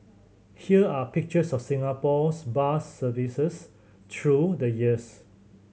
here are pictures of Singapore's bus services through the years